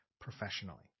professionally